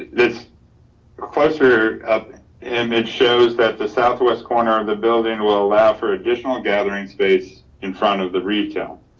this closer up image shows that the southwest corner of the building will allow for additional gathering space in front of the retail.